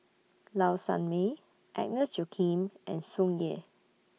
Low Sanmay Agnes Joaquim and Tsung Yeh